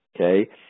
okay